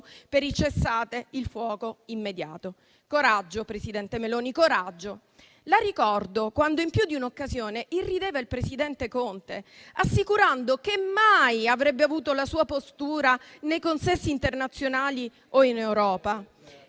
per il cessate il fuoco immediato. Coraggio, presidente Meloni, coraggio. La ricordo quando in più di un'occasione irrideva il presidente Conte assicurando che mai avrebbe avuto la sua postura nei consessi internazionali o in Europa.